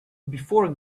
before